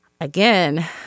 Again